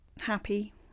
happy